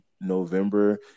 November